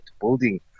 building